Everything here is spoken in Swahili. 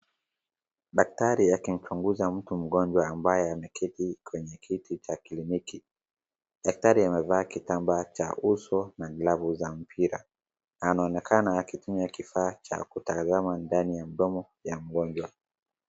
Daktari akimchunguza mtu mgonjwa ambaye ameketi cha kliniki. Daktari amevaa kitambaa cha uso na glavu za mpira. Anaonekana akitumia kifaa cha kutazama ndani ya mdomo ya mgonjwa.